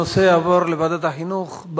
הנושא יעבור לוועדת החינוך.